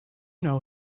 know